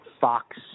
Fox